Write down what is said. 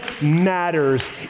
matters